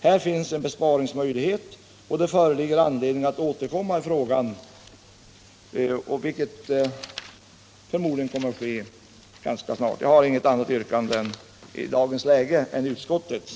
Här finns en besparingsmöjlighet, och det föreligger anledning att återkomma i frågan, vilket förmodligen sker ganska snart. Jag har i dagens läge inget annat yrkande än utskottets.